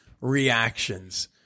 reactions